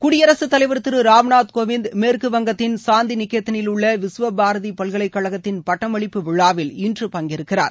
குடியரசுத் தலைவர் திரு ராம்நாத் கோவிந்த் மேற்குவங்கத்தின் சாந்திநிகேதனில் உள்ள விஸ்வபாரதி பல்கலைக்கழகத்தின் பட்டமளிப்பு விழாவில் இன்று பங்கேற்கிறார்